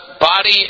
body